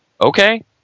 okay